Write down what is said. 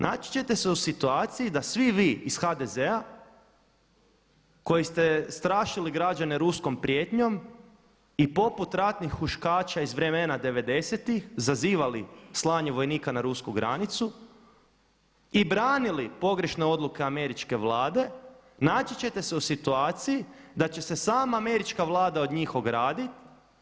Naći ćete se u situaciji da svi vi iz HDZ-a koji ste strašili građane ruskom prijetnjom i poput ratnih huškača iz vremena devedesetih zazivali slanje vojnika na rusku granicu i branili pogrešne odluke američke vlade, naći ćete se u situaciji da će se sama američka vlada od njih ograditi.